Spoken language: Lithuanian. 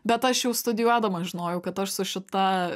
bet aš jau studijuodama žinojau kad aš su šita